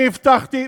אתה מאפיונר.